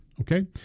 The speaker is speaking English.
Okay